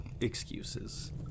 excuses